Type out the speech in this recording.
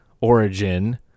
origin